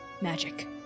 magic